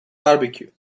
barbecue